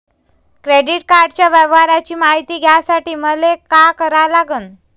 Credit कार्डाच्या व्यवहाराची मायती घ्यासाठी मले का करा लागन?